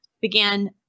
began